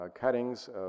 cuttings